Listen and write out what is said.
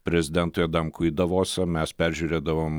prezidentui adamkui į davosą mes peržiūrėdavom